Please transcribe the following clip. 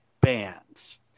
Bands